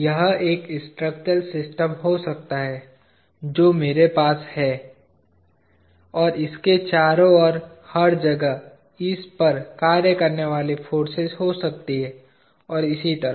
यह एक structural system हो सकता है जो मेरे पास है और इसके चारों ओर हर जगह इस पर कार्य करने वाली फोर्सेज हो सकती हैं और इसी तरह